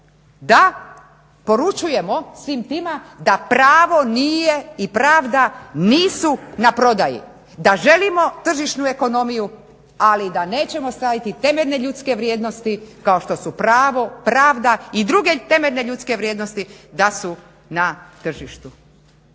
da poručujemo svim tima da pravo nije i pravda nisu na prodaji, da želimo tržišnu ekonomiju, ali da nećemo staviti temeljne ljudske vrijednosti kao što su pravo, pravda i druge temeljne ljudske vrijednosti da su na tržištu.